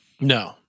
No